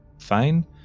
fine